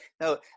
no